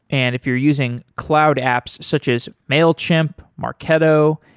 and if you're using cloud apps such as mailchimp, marketo,